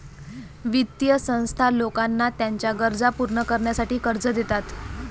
वित्तीय संस्था लोकांना त्यांच्या गरजा पूर्ण करण्यासाठी कर्ज देतात